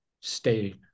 stay